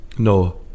No